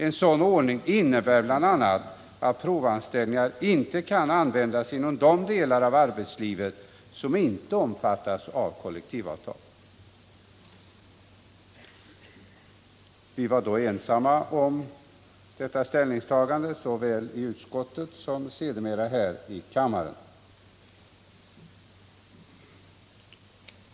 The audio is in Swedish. En sådan ordning innebär bl.a. att provanställningar inte kan användas inom de delar av arbetslivet som inte omfattas av kollektivavtal.” Vi var ensamma om detta ställningstagande såväl i utskottet som sedermera här i kammaren.